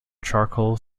charcoal